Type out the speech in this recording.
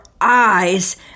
eyes